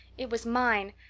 it was mine.